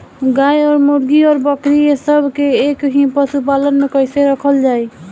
गाय और मुर्गी और बकरी ये सब के एक ही पशुपालन में कइसे रखल जाई?